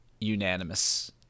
Unanimous